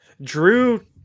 Drew